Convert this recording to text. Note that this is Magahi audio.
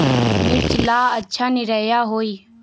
मिर्च ला अच्छा निरैया होई?